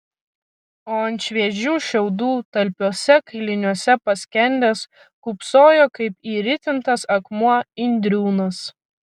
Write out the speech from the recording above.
o ant šviežių šiaudų talpiuose kailiniuose paskendęs kūpsojo kaip įritintas akmuo indriūnas